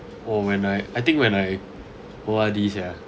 or when I I think when I O_R_D ya